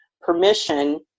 permission